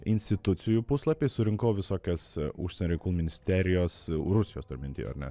institucijų puslapy surinkau visokias užsienio reikalų ministerijos rusijos turiu minty ar ne